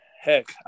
heck